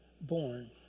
born